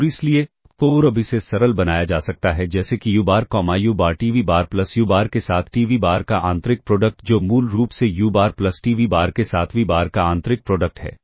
और इसलिए और अब इसे सरल बनाया जा सकता है जैसे कि u bar comma u bar T v bar plus u bar के साथ T v बार का आंतरिक प्रोडक्ट जो मूल रूप से u bar plus T v bar के साथ v बार का आंतरिक प्रोडक्ट है